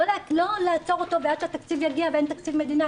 לא לעצור אותו ועד שהתקציב יגיע ויש או אין תקציב מדינה,